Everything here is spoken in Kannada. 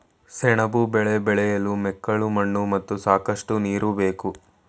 ಸೆಣಬು ಬೆಳೆ ಬೆಳೆಯಲು ಮೆಕ್ಕಲು ಮಣ್ಣು ಮತ್ತು ಸಾಕಷ್ಟು ನೀರು ಬೇಕು